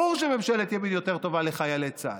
ברור שממשלת ימין יותר טובה לחיילי צה"ל.